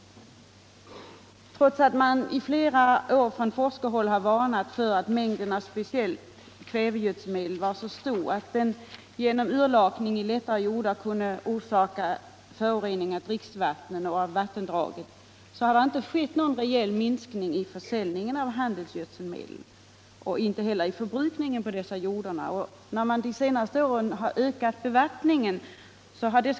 Trots att man under flera år från forskarhåll har varnat för att den använda mängden av speciellt kvävegödselmedel varit så stor att den genom urlakning i lättare jordar kunde förorsaka föroreningar av dricksvattnet och av vattendragen, har det inte skett någon rejäl minskning i försäljningen av handelsgödselmedel och inte heller i förbrukningen av dem på dessa jordar. Ökad bevattning under senare år har gjort att problemen blivit större.